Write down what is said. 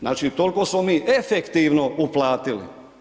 Znači toliko smo mi efektivno uplatili.